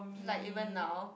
like even now